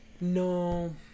no